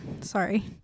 Sorry